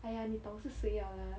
哎呀你懂是谁了啦